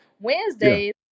Wednesdays